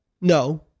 No